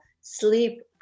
sleep